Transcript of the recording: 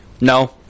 No